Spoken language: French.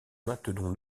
maintenons